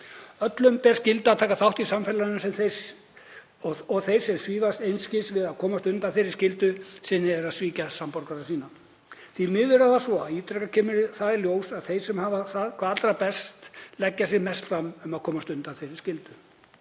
Öllum ber skylda að taka þátt í samfélaginu og þeir sem svífast einskis við að komast undan þeirri skyldu sinni eru að svíkja samborgara sína. Því miður er það svo að ítrekað kemur í ljós að þeir sem hafa það allra best leggja sig mest fram um að komast undan þeirri skyldu.